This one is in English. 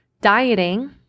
Dieting